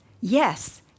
Yes